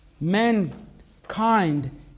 Mankind